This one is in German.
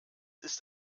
ist